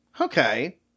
Okay